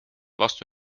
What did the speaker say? vastu